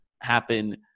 happen